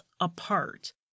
apart